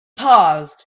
paused